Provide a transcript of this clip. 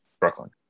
Brooklyn